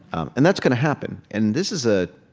um and that's gonna happen. and this is a